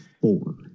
four